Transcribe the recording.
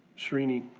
sreeni